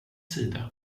sida